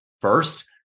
first